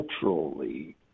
culturally